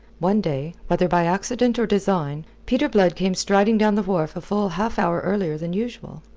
one day, whether by accident or design, peter blood came striding down the wharf a full half-hour earlier than usual,